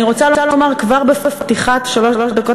אני רוצה לומר כבר בפתיחת שלוש הדקות